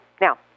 Now